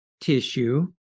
tissue